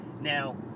Now